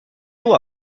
d’eau